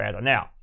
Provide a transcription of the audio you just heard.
Now